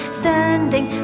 standing